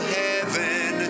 heaven